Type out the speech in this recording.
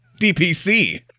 dpc